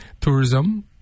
Tourism